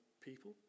people